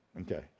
Okay